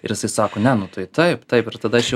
ir sako ne nu tai taip taip ir tada aš jau